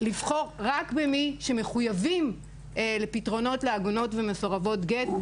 לבחור רק במי שמחויבים לפתרונות לעגונות ומסורבות גט.